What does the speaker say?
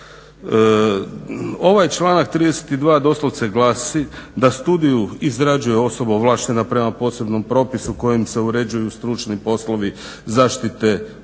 Ovaj članak 32. doslovce glasi da studiju izrađuje osoba ovlaštena prema posebnom propisu kojim se uređuju stručni poslovi zaštite okoliša